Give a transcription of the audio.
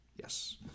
Yes